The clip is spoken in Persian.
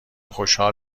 خوشحال